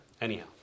Anyhow